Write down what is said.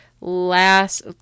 last